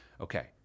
Okay